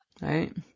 Right